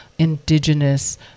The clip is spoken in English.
indigenous